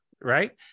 right